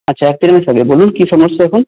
আচ্ছা এক দেড় মাস আগে বলুন কী সমস্যা এখন